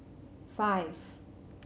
five